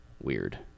weird